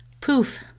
poof